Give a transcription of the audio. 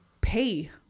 pay